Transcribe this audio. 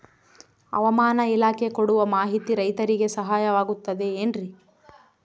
ಹವಮಾನ ಇಲಾಖೆ ಕೊಡುವ ಮಾಹಿತಿ ರೈತರಿಗೆ ಸಹಾಯವಾಗುತ್ತದೆ ಏನ್ರಿ?